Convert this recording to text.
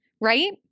right